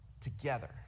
together